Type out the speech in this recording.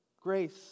grace